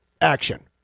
action